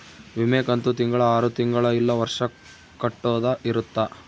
ವಿಮೆ ಕಂತು ತಿಂಗಳ ಆರು ತಿಂಗಳ ಇಲ್ಲ ವರ್ಷ ಕಟ್ಟೋದ ಇರುತ್ತ